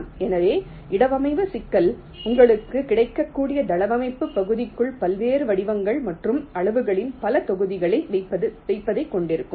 எனவே இடவமைவு சிக்கல் உங்களுக்கு கிடைக்கக்கூடிய தளவமைப்பு பகுதிக்குள் பல்வேறு வடிவங்கள் மற்றும் அளவுகளின் பல தொகுதிகளை வைப்பதைக் கொண்டிருக்கும்